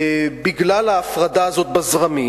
בגלל ההפרדה בזרמים,